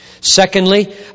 Secondly